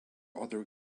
other